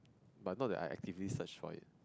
but not that I actively search for it